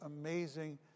amazing